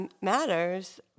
matters